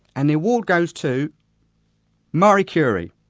and the award goes to marie curie.